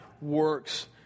works